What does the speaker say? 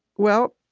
well,